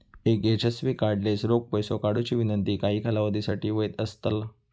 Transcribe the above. एक यशस्वी कार्डलेस रोख पैसो काढुची विनंती काही कालावधीसाठी वैध असतला